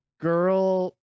Girl